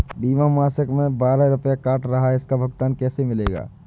बीमा मासिक में बारह रुपय काट रहा है इसका भुगतान कैसे मिलेगा?